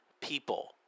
people